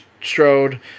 Strode